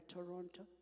Toronto